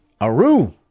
Aru